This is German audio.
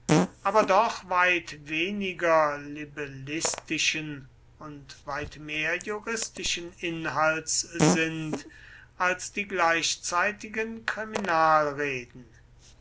aber doch weit weniger libellistischen und weit mehr juristischen inhalts sind als die gleichzeitigen